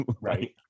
right